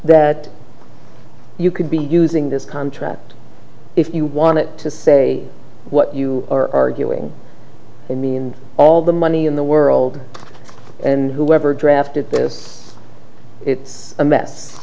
that you could be using this contract if you want it to say what you are arguing for me and all the money in the world and whoever drafted this it's a mess